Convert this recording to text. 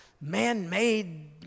man-made